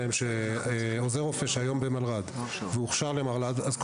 עליהם שעוזר רופא שהוא היום במלר"ד והוכשר למלר"ד אז,